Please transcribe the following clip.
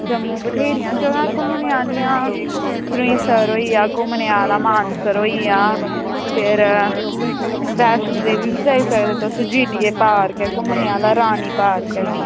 जम्मू बथ्हेरियां जगह न घुमने आह्लियां सुरईंसर होई गेआ घूमने आह्ला मानसर होई गेआ फेर वैष्णो देवी बी जाई सकदे तुस जीडीए पार्क ऐ घूमने आह्ला रानी पार्क ऐ